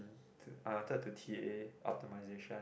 uh third to T_A optimisation